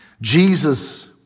Jesus